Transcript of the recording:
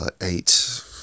eight